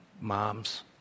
moms